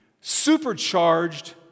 Supercharged